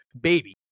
baby